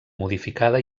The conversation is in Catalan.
modificada